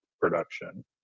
production